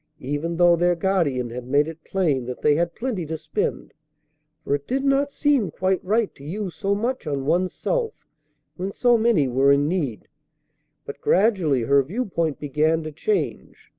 even though their guardian had made it plain that they had plenty to spend for it did not seem quite right to use so much on one's self when so many were in need but gradually her viewpoint began to change.